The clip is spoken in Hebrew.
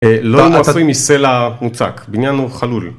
אה.. לא עשוי מסלע מוצק, הבנין הוא חלול.